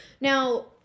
Now